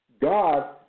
God